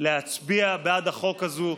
להצביע בעד החוק הזה.